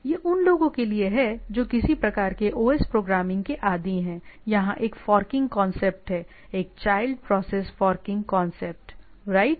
यह उन लोगों के लिए है जो किसी प्रकार के OS प्रोग्रामिंग के आदी हैं यहां एक फॉकिंग कांसेप्ट है एक चाइल्ड प्रोसेस फॉकिंग कांसेप्टराइट